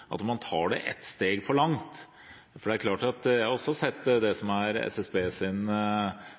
at man tar det ett steg for langt. Jeg har også sett SSBs rapport om at utslippene har økt, og ja, det er